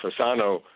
Fasano